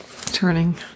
Turning